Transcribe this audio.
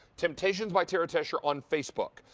temp-tations by tara tescher on facebook.